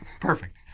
Perfect